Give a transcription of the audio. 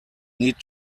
need